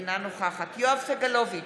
אינה נוכחת יואב סגלוביץ'